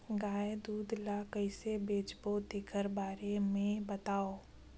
गाय दूध ल कइसे बेचबो तेखर बारे में बताओ?